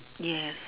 yes